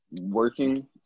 working